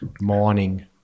mining